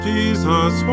Jesus